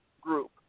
group